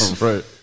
Right